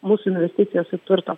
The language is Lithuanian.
mūsų investicijas į turtą